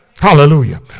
hallelujah